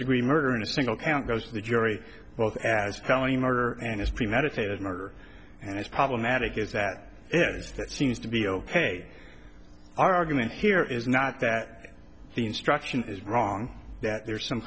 degree murder in a single count goes to the jury both as telling murder and as premeditated murder and as problematic is that it is that seems to be ok argument here is not that the instruction is wrong that there is some